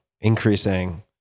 increasing